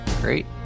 Great